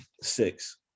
Six